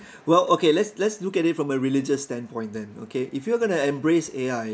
well okay let's let's look at it from a religious standpoint then okay if you are going to embrace A_I